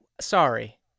sorry